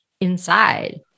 inside